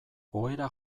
ohera